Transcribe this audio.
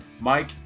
Mike